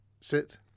sit